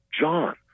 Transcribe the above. John